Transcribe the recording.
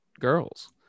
girls